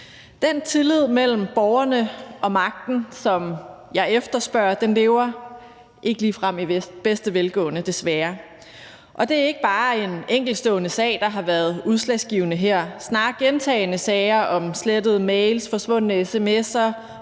Den tillid mellem borgerne og magten, som jeg efterspørger, lever ikke ligefrem i bedste velgående, desværre. Det er ikke bare en enkeltstående sag, der har været udslagsgivende her. Det er snarere gentagne sager om slettede mails, forsvundne sms'er,